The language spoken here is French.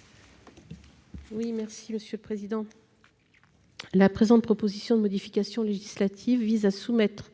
à Mme Corinne Imbert. La présente proposition de modification législative vise à soumettre